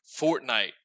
fortnite